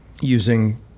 using